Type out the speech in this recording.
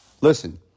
Listen